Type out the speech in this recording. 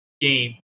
game